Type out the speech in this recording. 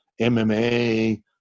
MMA